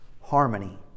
Harmony